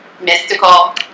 mystical